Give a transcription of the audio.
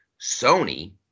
Sony